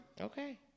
Okay